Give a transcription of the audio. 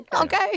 Okay